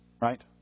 right